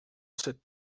sut